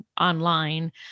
online